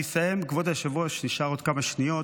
אני אסיים, כבוד היושב-ראש, נשארו עוד כמה שניות.